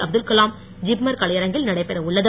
Abdul Kalam JIPMER கலையரங்கில் நடைபெற உள்ளது